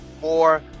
more